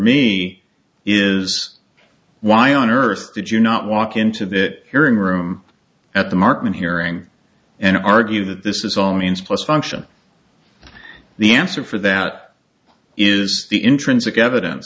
me is why on earth did you not walk into that hearing room at the market hearing and argue that this is all means plus function the answer for that is the intrinsic evidence